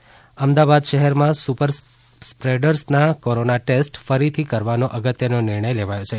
corona Ahmedabad શહેરમાં super સ્પ્રેડર્સના corona test ફરીથી કરવાનો અગત્યનો નિર્ણય લેવાયો છે